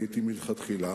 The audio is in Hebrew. והייתי מלכתחילה.